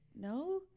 No